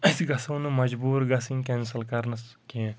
أسۍ گَژھو نہٕ مَجبوٗر گَژھٕنۍ کینٛسَل کَرنَس کینٛہہ